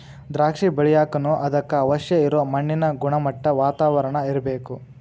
ದ್ರಾಕ್ಷಿ ಬೆಳಿಯಾಕನು ಅದಕ್ಕ ಅವಶ್ಯ ಇರು ಮಣ್ಣಿನ ಗುಣಮಟ್ಟಾ, ವಾತಾವರಣಾ ಇರ್ಬೇಕ